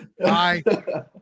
Bye